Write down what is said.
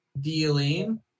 Dealing